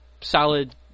solid